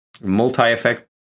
multi-effect